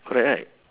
correct right